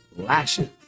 lashes